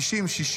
50, 60,